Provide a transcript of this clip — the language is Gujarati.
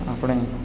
આપણે